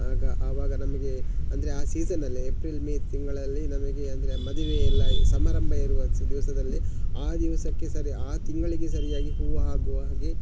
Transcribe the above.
ಆಗ ಆವಾಗ ನಮಗೆ ಅಂದರೆ ಆ ಸೀಸನಲ್ಲಿ ಎಪ್ರಿಲ್ ಮೇ ತಿಂಗಳಲ್ಲಿ ನಮಗೆ ಅಂದರೆ ಮದುವೆ ಎಲ್ಲಾ ಸಮಾರಂಭ ಇರುವ ದಿವಸದಲ್ಲಿ ಆ ದಿವಸಕ್ಕೆ ಸರಿ ಆ ತಿಂಗಳಿಗೆ ಸರಿಯಾಗಿ ಹೂವು ಆಗುವ ಹಾಗೆ